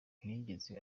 ntiyigeze